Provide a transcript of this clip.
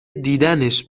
دیدنش